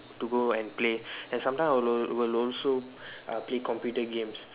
to go and play and sometimes I will will also uh play computer games